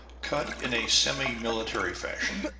cut in a semi-military fashion.